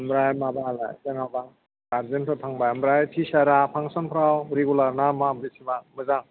ओमफ्राय माबायालाय जेन'बा गार्जेनथ' थांबाय आमफ्राय टिसारा फांसनफ्राव रिगुलार ना मा बेसेबां मोजां